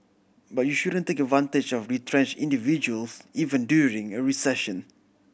but you shouldn't take advantage of retrench individuals even during a recession